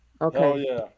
Okay